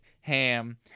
ham